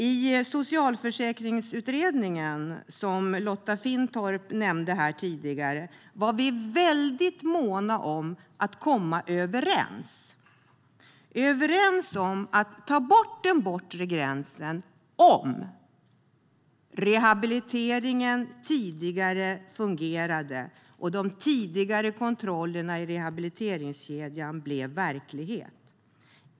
I Socialförsäkringsutredningen, som Lotta Finstorp nämnde här tidigare, var vi väldigt måna om att komma överens om att ta bort den bortre tidsgränsen - om tidigare rehabilitering fungerade och de tidigare kontrollerna i rehabiliteringskedjan blev verklighet.